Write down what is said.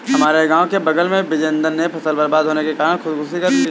हमारे गांव के बगल में बिजेंदर ने फसल बर्बाद होने के कारण खुदकुशी कर ली